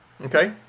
Okay